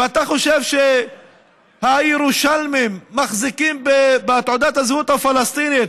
ואתה חושב שהירושלמים מחזיקים בתעודת הזהות הפלסטינית